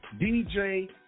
DJ